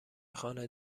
خانه